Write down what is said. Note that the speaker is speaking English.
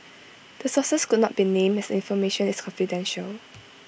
the sources could not be named as the information is confidential